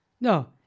no